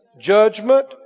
judgment